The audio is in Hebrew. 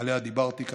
שעליה דיברתי כעת,